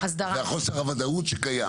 וחוסר הוודאות שקיים.